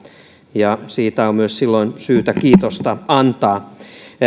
ja siitä on silloin myös syytä kiitosta antaa